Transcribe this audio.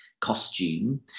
costume